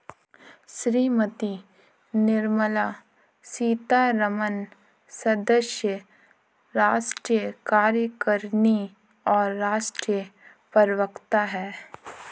श्रीमती निर्मला सीतारमण सदस्य, राष्ट्रीय कार्यकारिणी और राष्ट्रीय प्रवक्ता हैं